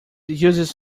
uses